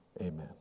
amen